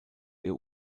ihr